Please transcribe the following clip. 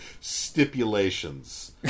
Stipulations